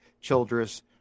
Childress